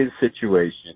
situation